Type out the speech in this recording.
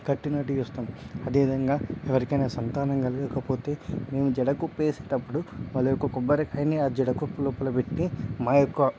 కట్టినట్టు చేస్తాం అదేవిధంగా ఎవరికైనా సంతానం కలగకపోతే మేం జడకుప్పేసేటప్పుడు వాళ్ళ యొక్క కొబ్బరి కాయని ఆ జడకుప్ప లోపల పెట్టి మా యొక్క